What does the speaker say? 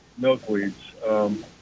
milkweeds